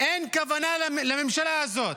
אין כוונה לממשלה הזאת,